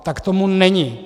Tak tomu není!